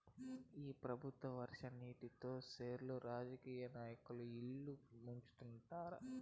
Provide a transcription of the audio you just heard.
ఈ పెబుత్వాలు వర్షం నీటితో సెర్లు రాజకీయ నాయకుల ఇల్లు ముంచుతండారు